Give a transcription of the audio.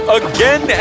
again